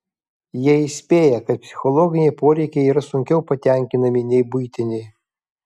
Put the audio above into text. jie įspėja kad psichologiniai poreikiai yra sunkiau patenkinami nei buitiniai